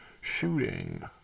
Shooting